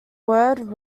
word